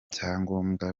byangombwa